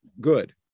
good